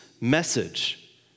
message